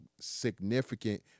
significant